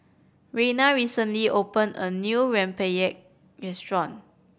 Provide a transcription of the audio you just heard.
Reyna recently opened a new rempeyek restaurant